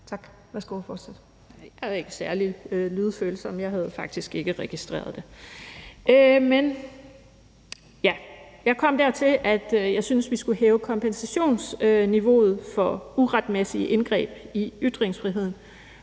Dehnhardt (SF): Jeg er ikke særlig lydfølsom; jeg havde faktisk ikke registreret det. Men jeg kom dertil, hvor jeg sagde, at jeg synes, at vi skulle hæve kompensationsniveauet for uretmæssige indgreb i ytringsfriheden.